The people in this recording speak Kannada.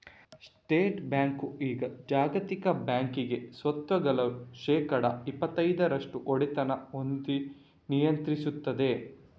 ಸ್ಟೇಟ್ ಬ್ಯಾಂಕು ಈಗ ಜಾಗತಿಕ ಬ್ಯಾಂಕಿಂಗ್ ಸ್ವತ್ತುಗಳ ಶೇಕಡಾ ಇಪ್ಪತೈದರಷ್ಟು ಒಡೆತನ ಹೊಂದಿ ನಿಯಂತ್ರಿಸ್ತದೆ